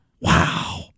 Wow